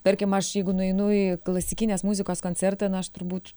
tarkim aš jeigu nueinu į klasikinės muzikos koncertą na aš turbūt